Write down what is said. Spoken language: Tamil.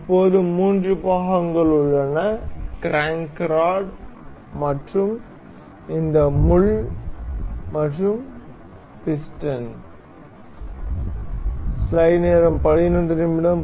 இப்போது மூன்று பாகங்கள் உள்ளன க்ராங்க் ராட் மற்றும் இந்த முள் மற்றும் மன்னிக்கவும் பிஸ்டன்